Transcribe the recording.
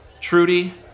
Trudy